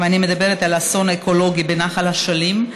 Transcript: אני מדברת על האסון האקולוגי בנחל אשלים,